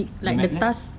the math laboratory